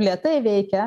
lėtai veikia